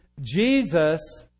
Jesus